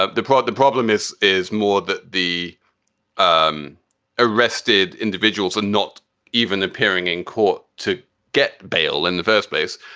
ah the problem the problem is, is more that the um arrested individuals are not even appearing in court to get bail in the first place.